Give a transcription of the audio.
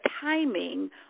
timing